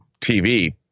TV